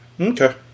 Okay